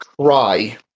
cry